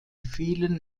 vielen